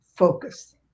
Focus